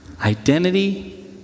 Identity